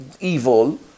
evil